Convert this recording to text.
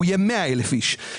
הוא יהיה 100 אלף איש.